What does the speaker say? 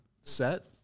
set